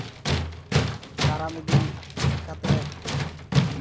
ᱫᱟᱨᱟᱢ ᱤᱫᱤ ᱠᱟᱛᱮᱫ